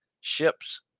ships